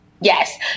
Yes